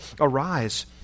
Arise